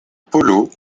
polo